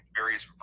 various